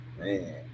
Man